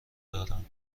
دارم